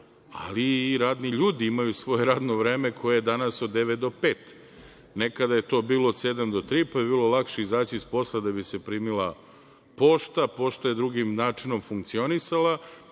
ali i radni ljudi imaju svoje radno vreme koje je danas od devet do pet, nekada je to bilo od sedam do tri, pa je bilo lakše izaći sa posla da bi se primila pošta. Pošta je na drugi način funkcionisala.